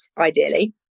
ideally